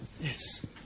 yes